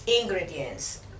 ingredients